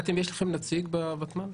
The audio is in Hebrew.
יש לכם נציג בוותמ"ל?